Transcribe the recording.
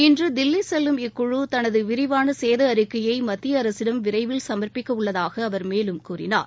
இன்று தில்லி செல்லும் இக்குழு தனது விரிவாள சேத அறிக்கையை மத்திய அரசிடம் விரைவில் சமர்ப்பிக்கவுள்ளதாக அவர் மேலும் கூறினார்